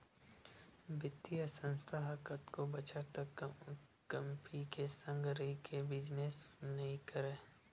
बित्तीय संस्था ह कतको बछर तक कंपी के संग रहिके बिजनेस नइ करय